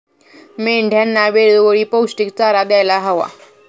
मेंढ्यांना वेळोवेळी पौष्टिक चारा द्यायला हवा